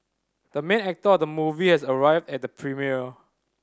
the main actor of the movie has arrived at the premiere